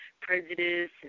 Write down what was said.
prejudice